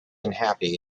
unhappy